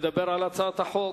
לדבר על הצעת החוק.